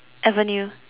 avenue